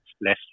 less